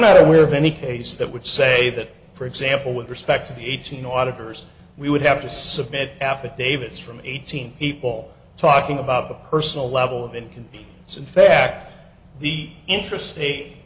not aware of any case that would say that for example with respect to the eighteen auditor's we would have to submit affidavits from eighteen people talking about the personal level of it can be so in fact the interest